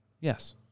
Yes